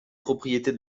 propriétés